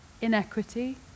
inequity